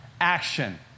action